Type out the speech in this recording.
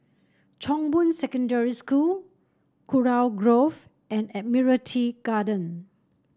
Chong Boon Secondary School Kurau Grove and Admiralty Garden